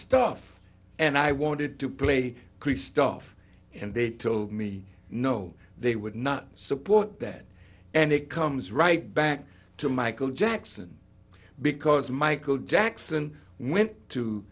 christophe and i wanted to play krzysztof and they told me no they would not support that and it comes right back to michael jackson because michael jackson went to